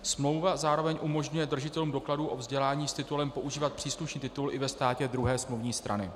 Smlouva zároveň umožňuje držitelům dokladů o vzdělání s titulem používat příslušný titul i ve státě druhé smluvní strany.